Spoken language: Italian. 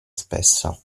spessa